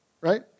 Right